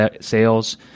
sales